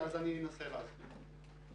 אני אנסה להסביר.